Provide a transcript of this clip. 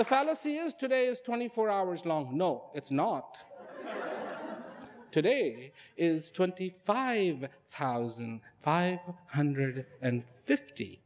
fallacy is today's twenty four hours long no it's not today is twenty five thousand five hundred and fifty